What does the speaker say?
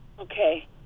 Okay